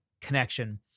connection